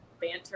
banter